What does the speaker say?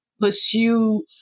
pursue